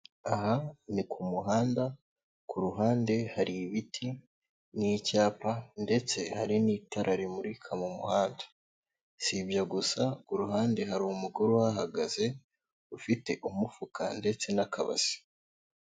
Aha ni ku muhanda ku ruhande hari ibiti n'icyapa ndetse hari n'itara rimurika mu muhanda, si ibyo gusa ku ruhande hari umugore uhagaze ufite umufuka ndetse n'akabasi.